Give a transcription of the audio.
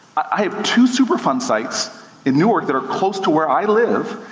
i two superfund sites in newark that are close to where i live.